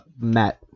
Matt